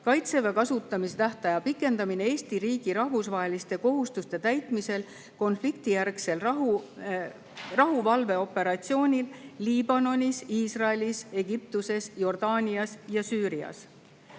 "Kaitseväe kasutamise tähtaja pikendamine Eesti riigi rahvusvaheliste kohustuste täitmisel konfliktijärgsel rahuvalveoperatsioonil Liibanonis, Iisraelis, Egiptuses, Jordaanias ja Süürias".